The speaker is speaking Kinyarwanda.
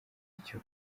icyo